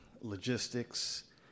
logistics